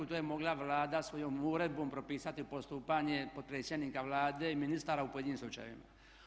To je mogla Vlada svojom uredbom propisati postupanje potpredsjednika Vlade i ministara u pojedinim slučajevima.